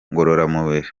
ngororamubiri